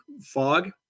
fog